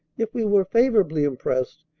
if we were favorably impressed,